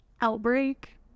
outbreak